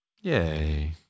Yay